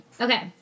Okay